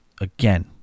again